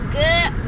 good